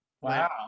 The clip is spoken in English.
wow